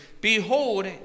Behold